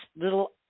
little